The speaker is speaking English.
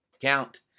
count